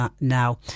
now